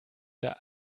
der